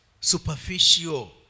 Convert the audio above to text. superficial